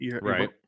Right